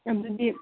ꯑꯗꯨꯗꯤ